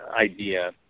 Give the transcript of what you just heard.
idea